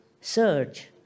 surge